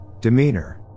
demeanor